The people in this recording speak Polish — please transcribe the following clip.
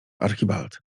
archibald